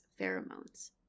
pheromones